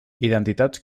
identitats